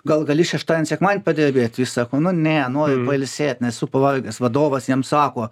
gal gali šeštadienį sekmadienį padirbėti jis sako nu ne noriu pailsėt nesu pavargęs vadovas jam sako